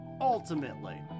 ultimately